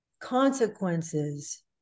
consequences